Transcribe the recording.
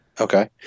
Okay